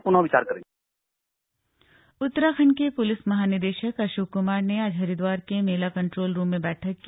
police महानिदेशक बैठक उत्तराखंड के पुलिस महानिदेशक अशोक कुमार ने आज हरिद्वार के मेला कंट्रोल रूम में बैठक की